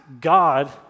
God